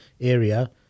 area